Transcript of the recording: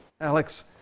Alex